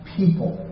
people